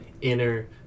inner